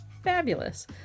fabulous